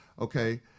Okay